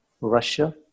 Russia